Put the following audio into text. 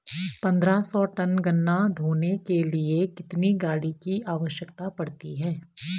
पन्द्रह सौ टन गन्ना ढोने के लिए कितनी गाड़ी की आवश्यकता पड़ती है?